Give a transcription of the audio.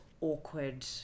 awkward